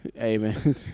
Amen